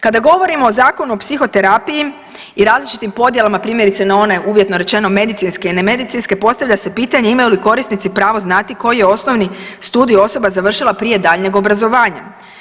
Kada govorimo o Zakonu o psihoterapiji i različitim podjelama, primjerice na one, uvjetno rečeno, medicinske i nemedicinske, postavlja se pitanje imaju li korisnici pravo znati koji je osnovi studij osoba završila prije daljnjeg obrazovanja.